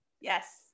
Yes